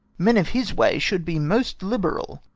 men of his way, should be most liberall,